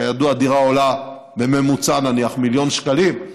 כידוע, דירה עולה בממוצע נניח מיליון שקלים.